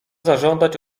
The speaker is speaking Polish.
zażądać